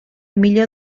millor